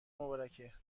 مبارکه